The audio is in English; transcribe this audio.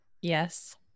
yes